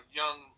young